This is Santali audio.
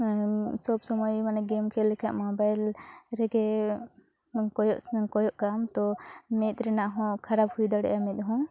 ᱥᱚᱵᱽ ᱥᱚᱢᱚᱭ ᱢᱟᱱᱮ ᱜᱮᱢ ᱠᱷᱮᱞ ᱞᱮᱠᱷᱟᱡ ᱢᱳᱵᱟᱭᱤᱞ ᱨᱮᱜᱮ ᱠᱚᱭᱚᱜᱠᱟᱜᱼᱟᱢ ᱛᱚ ᱢᱮᱫ ᱨᱮᱱᱟᱜ ᱦᱚᱸ ᱠᱷᱟᱨᱟᱯ ᱦᱩᱭ ᱫᱟᱲᱮᱜᱼᱟ ᱢᱮᱫ ᱦᱚᱸ